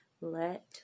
let